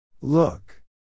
Look